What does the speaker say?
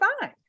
fine